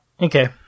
okay